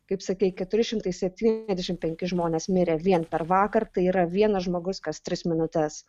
kaip sakei keturi šimtai septyniasdešim penki žmonės mirė vien per vakar tai yra vienas žmogus kas tris minutes